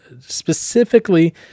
specifically